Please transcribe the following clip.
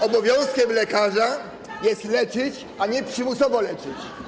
Obowiązkiem lekarza jest leczyć, a nie przymusowo leczyć.